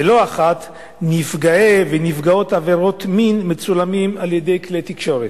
ולא אחת נפגעי ונפגעות עבירות מין מצולמים על-ידי כלי תקשורת.